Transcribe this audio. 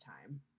time